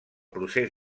procés